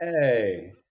Hey